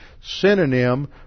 synonym